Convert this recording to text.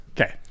Okay